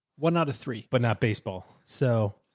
well, not a three, but not baseball, so.